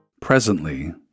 Presently